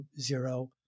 zero